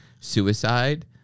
suicide